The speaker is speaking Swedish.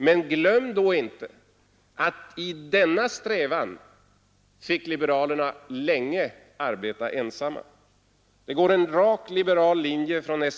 Men glöm då inte att i denna strävan fick liberalerna länge arbeta ensamma. Det går en rak liberal linje från S.